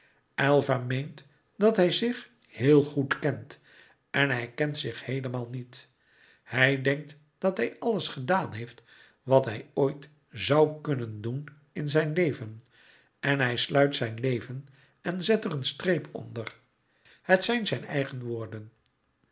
aylva meent dat hij zich heel goed kent en hij kent zich heelemaal niet hij denkt dat hij alles gedaan heeft wat hij ooit zoû kunnen doen in zijn leven en hij sluit zijn leven en zet er een streep onder het zijn zijn eigen woorden